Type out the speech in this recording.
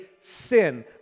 sin